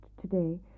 today